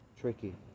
Tricky